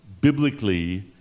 biblically